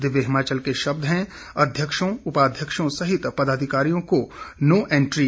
दिव्य हिमाचल के शब्द हैं अध्यक्षों उपाध्यक्षों सहित पदाधिकारियों को नो एंट्री